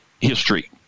history